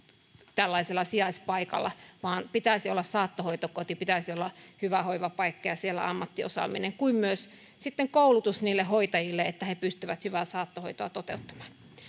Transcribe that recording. tällaisella sijaispaikalla vaan pitäisi olla saattohoitokoti pitäisi olla hyvä hoivapaikka ja siellä ammattiosaaminen samoin kuin myös sitten koulutus niille hoitajille että he pystyvät hyvää saattohoitoa toteuttamaan